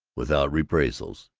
without reprisals.